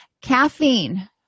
Caffeine